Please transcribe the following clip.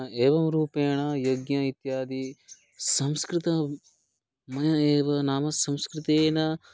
एवं रूपेण यज्ञ इत्यादि संस्कृतमयः एव नाम संस्कृतेन